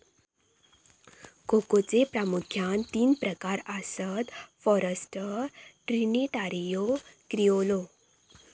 कोकोचे प्रामुख्यान तीन प्रकार आसत, फॉरस्टर, ट्रिनिटारियो, क्रिओलो